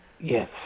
Yes